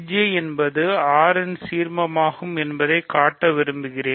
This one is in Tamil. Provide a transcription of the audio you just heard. Jஎன்பது R இன் சீர்மமாகும் என்பதைக் காட்ட விரும்புகிறேன்